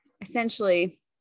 essentially